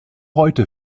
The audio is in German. heute